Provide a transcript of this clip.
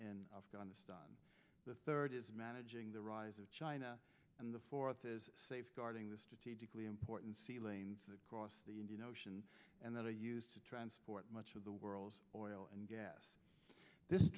in afghanistan the third is managing the rise of china and the fourth is safeguarding the strategically important sea lanes across the indian ocean and that are used to transport much of the world's oil and gas this